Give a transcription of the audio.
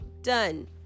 done